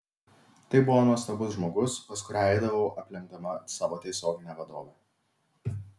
tai buvo nuostabus žmogus pas kurią eidavau aplenkdama savo tiesioginę vadovę